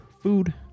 food